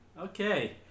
Okay